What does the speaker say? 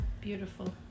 beautiful